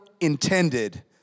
intended